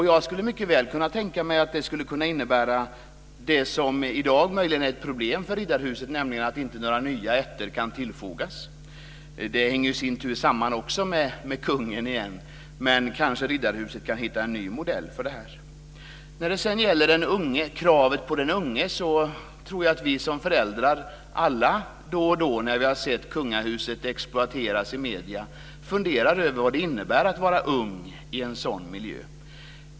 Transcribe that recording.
Jag skulle mycket väl kunna tänka mig att det skulle innebära det som i dag är ett problem för Riddarhuset, nämligen att några nya ätter inte kan tillfogas, vilket i sin tur också hänger samman med kungen. Men Riddarhuset kan kanske hitta en ny modell för detta. Beträffande kravet på den unge tror jag att vi som föräldrar, när vi har sett kungahuset exploateras i medierna, har funderat över vad det innebär att vara ung i en sådan miljö.